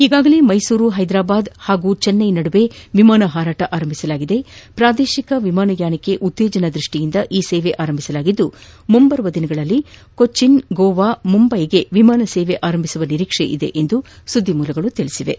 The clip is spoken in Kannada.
ಈಗಾಗಲೇ ಮೈಸೂರು ಹೈದ್ರಾಬಾದ್ ಹಾಗೂ ಚೆನ್ನೈ ನಡುವೆ ವಿಮಾನ ಹಾರಾಟ ಆರಂಭಿಸಲಾಗಿದೆ ಪ್ರಾದೇಶಿಕ ವಿಮಾನಯಾನಕ್ಕೆ ಉತ್ತೇಜನ ದೃಷ್ಟಿಯಿಂದ ಈ ಸೇವೆ ಆರಂಭಿಸಲಾಗಿದ್ದು ಮುಂದಿನ ದಿನಗಳಲ್ಲಿ ಕೊಚ್ಚೆ ಗೋವಾ ಮುಂಬೈಗೆ ವಿಮಾನ ಸೇವೆ ಆರಂಭಿಸುವ ನಿರೀಕ್ಷೆ ಇದೆ ಎಂದು ಮೂಲಗಳು ತಿಳಿಸಿವೆ